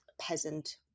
peasant